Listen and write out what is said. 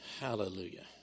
Hallelujah